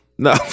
No